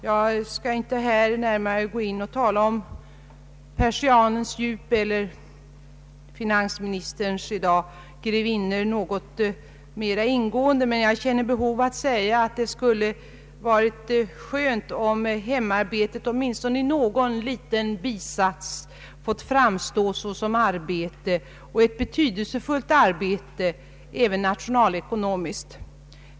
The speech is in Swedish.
Jag skall inte här gå närmare in på frågan och mera ingående tala om ”persianens djup” eller finansministerns grevinnor, men jag känner behov av att säga att det skulle ha varit bra, om hemarbetet i åtminstone någon liten bisats fått framstå såsom ett betydelsefullt arbete även nationalekonomiskt.